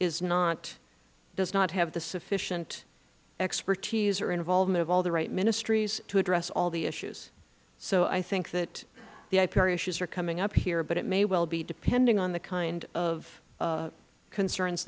does not have the sufficient expertise or involvement of all the right ministries to address all the issues so i think that the ip issues are coming up here but it may well be depending on the kind of concerns